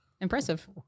impressive